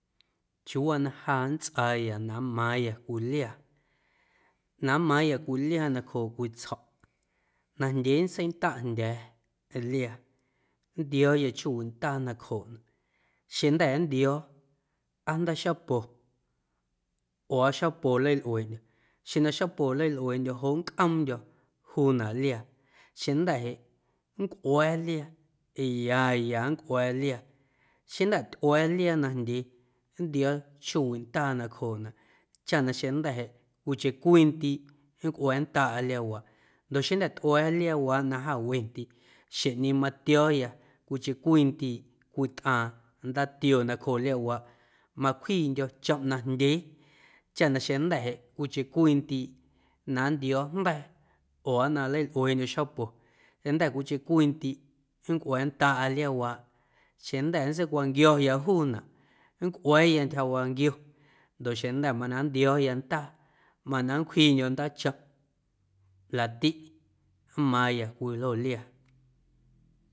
Chiuuwaa na ja nntsꞌaaya na nmaaⁿya cwii liaa, na nmaaⁿya cwii liaa nacjooꞌ cwii tsjo̱ꞌ najndyee nntseindaꞌjndyee liaa nntio̱o̱ya chjoowiꞌ ndaa nacjooꞌnaꞌ xeⁿjnda̱ nntio̱o̱ aa jnda̱a̱ xapo oo aa xapo nleilꞌueeꞌndyo̱ xeⁿ na xapo nleilꞌueeꞌndyo̱ joꞌ nncꞌoomndyo̱ juunaꞌ liaa xeⁿjnda̱ nncꞌua̱a̱ liaa ya ya nncꞌua̱a̱ liaa xeⁿjnda̱ tyꞌua̱a̱ liaa najndyee nntio̱o̱ chjoowiꞌ ndaa nacjooꞌnaꞌ chaꞌ na xeⁿjnda̱ jeꞌ cwiicheⁿ cwii ndiiꞌ nncꞌua̱a̱ndaꞌa liaawaaꞌ ndoꞌ xeⁿjnda̱ tyꞌua̱a̱ liaawaaꞌ na jaawendiꞌ xjeⁿꞌñeeⁿ matio̱o̱ya cwiicheⁿ cwii ndiiꞌ cwitꞌaaⁿ ndaatioo nacjooꞌ liaawaaꞌ macwjiiꞌndyo̱ chomꞌ najndyee chaꞌ na xeⁿjnda̱ jeꞌ cwiicheⁿ cwii ndiiꞌ na nntio̱o̱ jnda̱a̱ oo aa na nlalꞌueeꞌndyo̱ xapo xeⁿjnda̱ cwiicheⁿ cwii ndiiꞌ nncꞌua̱a̱ndaꞌa liaawaaꞌ xeⁿjnda̱ nntseicwanquio̱ya juunaꞌ nncꞌua̱a̱ya ntyja waanquio ndoꞌ xeⁿjnda̱ mana nntio̱o̱ya ndaa mana nncwjiiꞌndyo̱ ndaachomꞌ laꞌtiꞌ nmaaⁿya cwii ljo liaa.